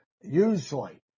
Usually